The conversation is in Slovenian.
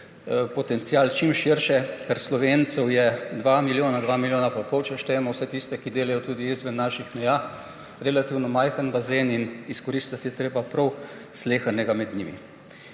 potencial čim širše, ker Slovencev je 2 milijona, 2 milijona pa pol, če štejemo vse tiste, ki delajo tudi izven naših meja. Relativno majhen bazen in izkoristiti je treba prav slehernega med njimi.